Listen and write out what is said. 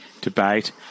debate